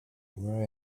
where